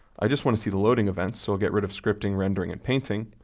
i just want to see the loading events, so we'll get rid of scripting, rendering, and painting.